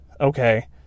okay